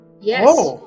Yes